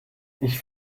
ich